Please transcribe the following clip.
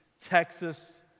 Texas